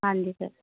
ਹਾਂਜੀ ਸਰ